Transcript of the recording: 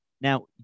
Now